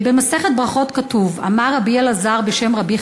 במסכת ברכות כתוב: "אמר רבי אלעזר בשם רבי